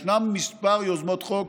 ישנן כמה יוזמות חוק